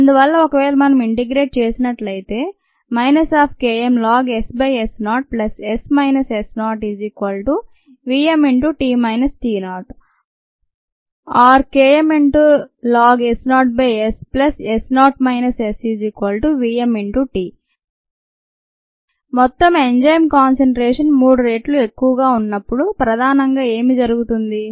అందువల్ల ఒకవేళ మనం ఇంటిగ్రేట్ చేసినట్లయితే Km lnSS0S S0vm Or Km lnS0SS0 Svmt మొత్తం ఎంజైమ్ కాన్సంట్రేషన్ మూడు రెట్లు ఎక్కువగా ఉన్నప్పుడు ప్రధానంగా ఏమి జరుగుతుంది